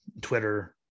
Twitter